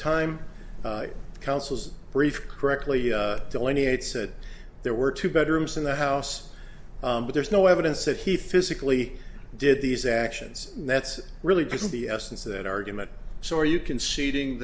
time counsel's brief correctly delineates said there were two bedrooms in the house but there's no evidence that he physically did these actions and that's really just the essence of that argument so are you conceding